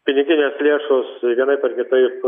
piniginės lėšos vienaip ar kitaip